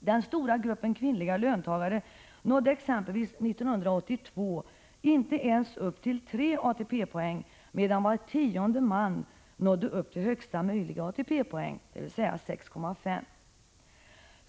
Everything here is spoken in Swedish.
Den stora gruppen kvinnliga löntagare nådde exempelvis 1982 inte ens upp till 3 ATP-poäng, medan var tionde man nådde upp till högsta möjliga ATP-poäng — dvs. 6,5.